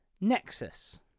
Nexus